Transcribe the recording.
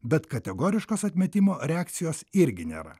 bet kategoriškos atmetimo reakcijos irgi nėra